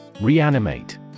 Reanimate